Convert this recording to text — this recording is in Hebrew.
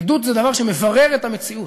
עדות זה דבר שמברר את המציאות.